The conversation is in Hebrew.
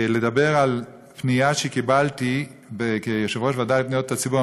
לדבר על פנייה שקיבלתי כיושב-ראש הוועדה לפניות הציבור.